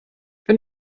wenn